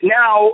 now